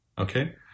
okay